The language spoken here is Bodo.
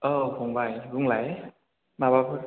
औ फंबाइ बुंलाय माबाफोर